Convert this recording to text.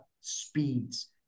speeds